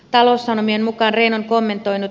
taloussanomien mukaan rehn on kommentoinut